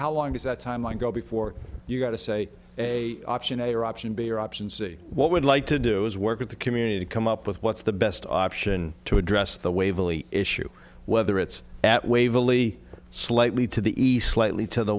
how long does that timeline go before you've got to say a option a or option b or option c what we'd like to do is work with the community to come up with what's the best option to address the waverley issue whether it's at waverley slightly to the east slightly to the